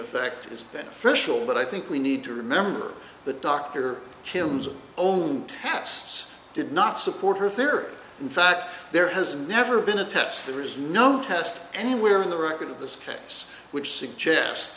effect is beneficial but i think we need to remember that dr kim's own tests did not support her theory in fact there has never been a test there is no test anywhere in the record of this case which